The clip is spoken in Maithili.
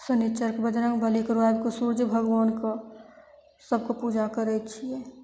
शनीचरके बजरंग बलीके रविके सूर्य भगवानके सबके पूजा करय छियै